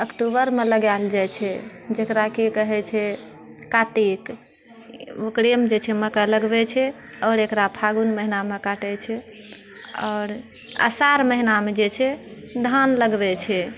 अक्टूबरमे लगायल जाइत छै जकरा की कहैत छै कार्तिक ओकरेमे जे छै मक्कइ लगबैत छै आओर एकरा फाल्गुन महिनामे काटैत छै आओर आषाढ़ महिनामे जे छै धान लगबैत छै